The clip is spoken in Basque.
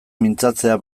mintzatzea